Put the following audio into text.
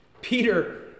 Peter